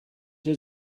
has